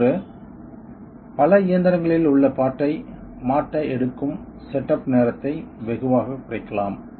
மற்றொன்று பல இயந்திரங்களில் உள்ள பார்ட் ஐ மாட்ட எடுக்கும் செட் அப் நேரத்தை வெகுவாகக் குறைக்கலாம்